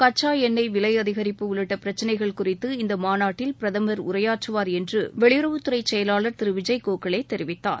கச்சா எண்ணெய் விலை அதிகரிப்பு உள்ளிட்ட பிரச்சினைகள் குறித்து இந்த மாநாட்டில் பிரதமர் உரையாற்றுவார் என்று வெளியுறவுத்துறை செயலாளர் திரு விஜய் கோகலே தெரிவித்தார்